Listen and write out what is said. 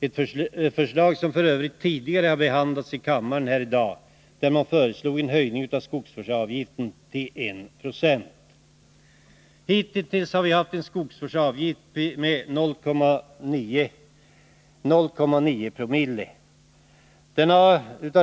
Tidigare i dag har kammaren f. ö. behandlat ett socialdemokratiskt förslag om en höjning av skogsvårdsavgiften till I 20. Hittills har vi haft en skogsvårdsavgift på 0,9 Ze.